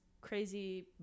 crazy